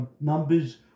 numbers